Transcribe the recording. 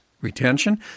retention